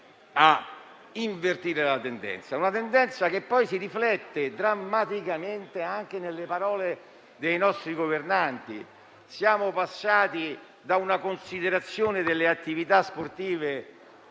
a invertire la tendenza, che poi si riflette drammaticamente anche nelle parole dei nostri governanti. Siamo passati dalla considerazione delle attività sportive,